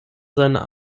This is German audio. seiner